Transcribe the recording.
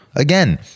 again